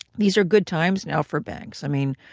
these are good times now for banks. i mean,